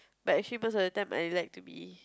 but actually most of the time I like to be